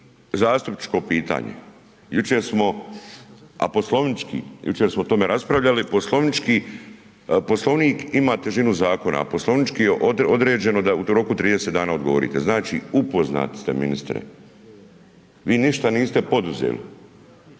a poslovnički, jučer smo o tome raspravljali, poslovnički, Poslovnik ima težinu zakona, a poslovnički je određeno da u roku od 30 odgovorite. Znači upoznati ste ministre. Vi ništa niste poduzeli.